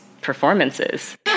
performances